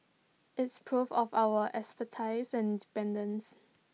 it's proof of our expertise and independence